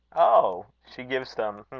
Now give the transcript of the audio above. oh! she gives them